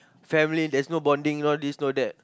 family there's no bonding no this no that